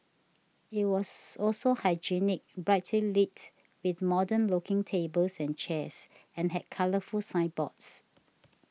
it was also hygienic brightly lit with modern looking tables and chairs and had colourful signboards